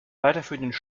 weiterführenden